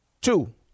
Two